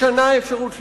בשנה אפשרות שלישית.